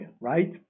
right